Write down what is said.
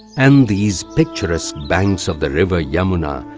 and these picturesque banks of the river yamuna,